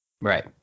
Right